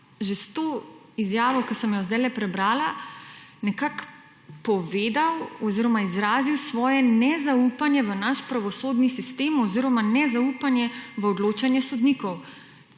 že s to izjavo, ki sem jo sedajle prebrala nekako povedal oziroma izrazil svoje nezaupanje v naš pravosodni sistem oziroma nezaupanje v odločanje sodnikov.